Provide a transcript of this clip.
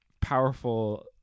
powerful